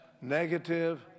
negative